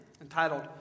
entitled